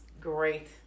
great